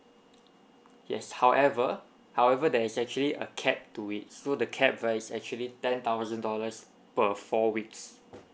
yes however however there is actually a capped to it so the capped right is actually ten thousand dollars per four weeks